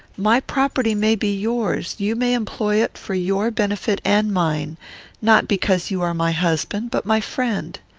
my property may be yours you may employ it for your benefit and mine not because you are my husband, but my friend.